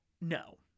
No